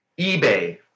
eBay